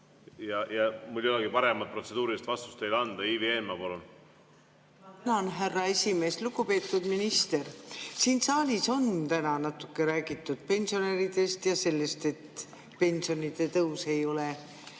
ja mul ei ole paremat protseduurilist vastust teile anda. Ivi Eenmaa, palun! Tänan, härra esimees! Lugupeetud minister! Siin saalis on täna natuke räägitud pensionäridest ja sellest, et pensionide tõus ei ole